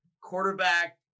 quarterback